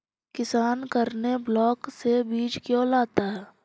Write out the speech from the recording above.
किसान करने ब्लाक से बीज क्यों लाता है?